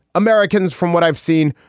americans, from what i've seen,